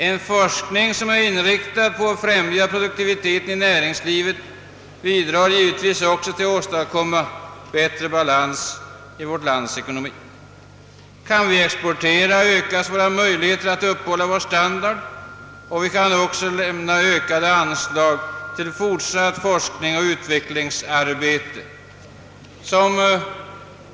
En forskning som är inriktad på att främja produktiviteten i näringslivet bidrar givetvis också till att åstadkomma bättre balans i vårt lands ekonomi. Kan vi exportera, ökas våra möjligheter att upprätthålla vår standard, och vi kan då också lämna ökade anslag till forskning och utvecklingsarbete.